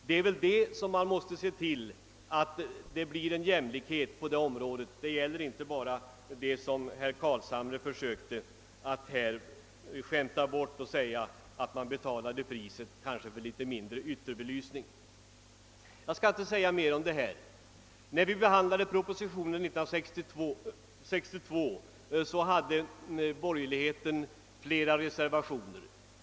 Det är bl.a. på detta område man måste se till att få mera jämlikhet. Det gäller inte bara det som herr Carlshamre här försökte skämta bort när han sade att man betalade priset för kanske litet ytterbelysning. Jag skall inte säga mer om detta. När vi behandlade propositionen i denna fråga år 1962 hade borgerligheten flera reservationer.